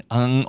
Ang